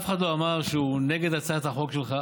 אף אחד לא אמר שהוא נגד הצעת החוק שלך,